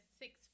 six